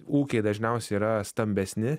ūkiai dažniausiai yra stambesni